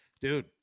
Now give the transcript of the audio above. dude